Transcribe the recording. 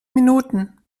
minuten